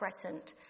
present